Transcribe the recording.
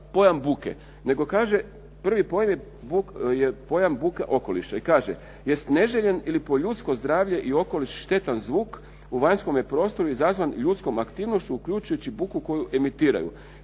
nego kaže prvi pojam je buke okoliše i kaže, jest neželjen ili po ljudsko zdravlje i okoliš štetan zvuk u vanjskome prostoru izazvan ljudskom aktivnošću uključujući buku koju emitiraju